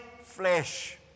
flesh